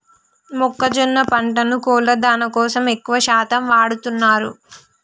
మొక్కజొన్న పంటను కోళ్ళ దానా కోసం ఎక్కువ శాతం వాడుతున్నారు